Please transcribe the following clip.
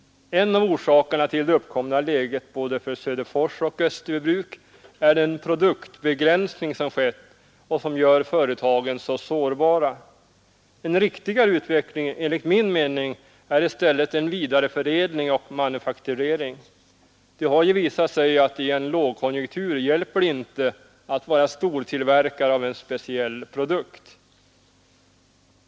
En av orsakerna till det uppkomna läget både för Söderfors och Österbybruk är den produktbegränsning som skett och som gör företagen S bara. En riktigare utveckling är enligt min mening en vidareförädling och manufakturering. Det har visat sig att i lågkonjunktur hjälper det inte att vara stortillverkare av en speciell produkt.